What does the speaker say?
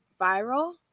viral